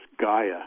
Gaia